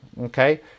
Okay